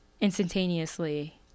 instantaneously